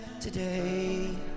today